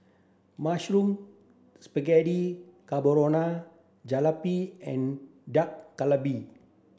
mushroom Spaghetti Carbonara Jalebi and Dak Galbi